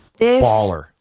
Baller